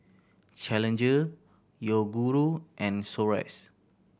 Challenger Yoguru and Xorex